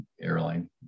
airline